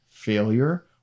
failure